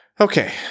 okay